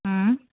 हम्म